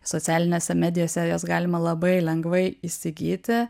socialinėse medijose juos galima labai lengvai įsigyti